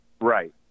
Right